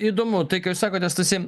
įdomu tai ką jūs sakote stasy